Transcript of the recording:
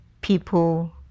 people